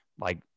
Like-